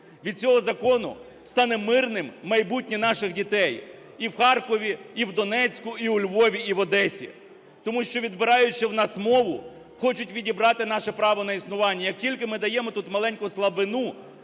Від цього закону стане мирним майбутнє наших дітей і в Харкові, і в Донецьку, і у Львові, і в Одесі. Тому що, відбираючи у нас мову, хочуть відібрати наше право на існування. Як тільки ми даємо тут маленьку слабину,